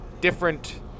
different